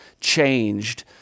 changed